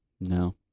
No